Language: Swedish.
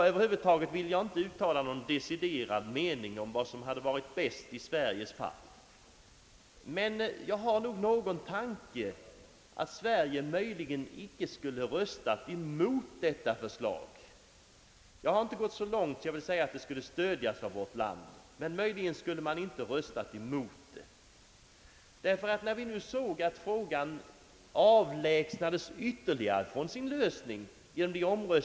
Över huvud taget vill jag inte uttala någon deciderad mening om vad som skulle varit bäst i Sveriges fall, men jag lutar nog åt den uppfattningen att Sverige möjligen icke skulle ha röstat emot detta förslag. Jag går inte så långt att jag vill säga att det skulle stödjas av vårt land, men möjligen skulle man inte ha röstat emot det. Ty när vi nu såg hur frågan ytterligare avlägsnades från sin lösning genom den ' omröstning som Nr 12 17 Ang.